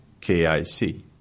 KIC